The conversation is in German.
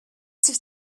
sich